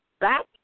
back